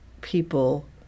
people